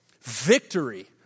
Victory